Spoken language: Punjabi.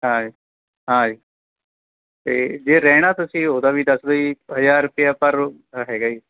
ਹਾਂ ਜੀ ਹਾਂ ਜੀ ਅਤੇ ਜੇ ਰਹਿਣਾ ਤੁਸੀਂ ਉਹਦਾ ਵੀ ਦੱਸਦੇ ਜੀ ਹਜ਼ਾਰ ਰੁਪਇਆ ਪਰ ਹੈਗਾ ਹੈ